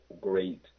great